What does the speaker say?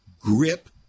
grip